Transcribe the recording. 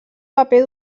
paper